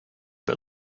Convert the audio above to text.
but